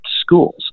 schools